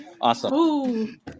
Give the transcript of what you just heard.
awesome